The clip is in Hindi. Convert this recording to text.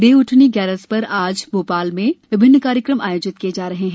देवउठनी ग्यारस पर आज प्रदेश में विभिन्न कार्यक्रम आयोजित किए जा रहे हैं